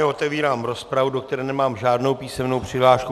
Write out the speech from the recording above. Otevírám rozpravu, do které nemám žádnou písemnou přihlášku.